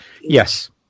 Yes